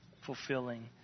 Fulfilling